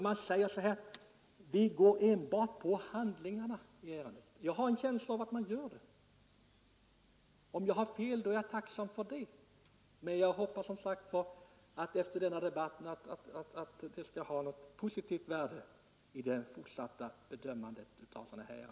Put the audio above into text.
Man får inte enbart gå på handlingarna i ärendet. Jag har en känsla av att man gör det. Om jag har fel är jag tacksam att få detta konstaterat, och jag hoppas att denna debatt skall ha haft ett positivt värde för den fortsatta bedömningen av sådana ärenden.